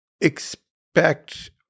expect